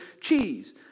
cheese